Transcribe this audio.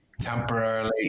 temporarily